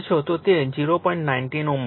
19 Ω મળશે